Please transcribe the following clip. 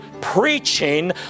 preaching